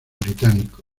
británico